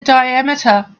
diameter